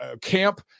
camp